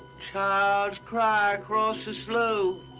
child's cry across the slough.